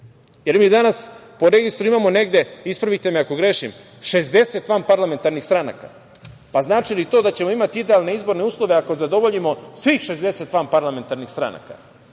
Jer, mi danas po registru imamo negde, ispravite me ako grešim, 60 vanparlamentarnih stranaka. Znači li to da ćemo imati idealne izborne uslove ako zadovoljimo svih 60 vanparlamentarnih stranaka? Što